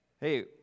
Hey